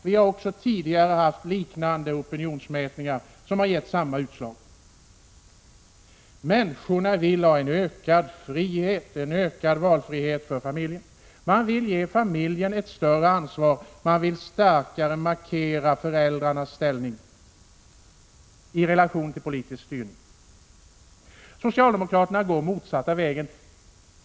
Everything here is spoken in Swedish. Vi har tidigare haft liknande opinionsmätningar som gett samma utslag: Människorna vill ha en ökad frihet, en ökad valfrihet för familjen. Man vill ge familjen ett större ansvar. Man vill starkare markera föräldrarnas ställning i relation till politisk styrning. Socialdemokraterna går motsatt väg.